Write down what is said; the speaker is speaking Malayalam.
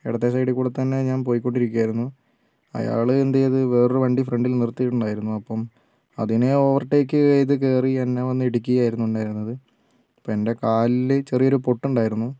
ഇടത്തെ സൈഡിൽക്കൂടി തന്നെ ഞാൻ പോയിക്കൊണ്ടിരിക്കുകയായിരുന്നു അയാൾ എന്ത് ചെയ്തു വേറൊരു ഒരു വണ്ടി ഫ്രണ്ടിൽ നിർത്തിയിട്ടുണ്ടായിരുന്നു അപ്പം അതിനെ ഓവർടേക്ക് ചെയ്ത് കയറി എന്നെ വന്ന് ഇടിക്കുകയായിരുന്നു ഉണ്ടായിരുന്നത് അപ്പോൾ എന്റെ കാലിൽ ചെറിയൊരു പൊട്ടുണ്ടായിരുന്നു